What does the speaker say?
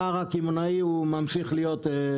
הפער הקמעונאי ממשיך להיות מעל חמישה שקלים.